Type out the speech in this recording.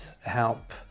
help